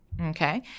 okay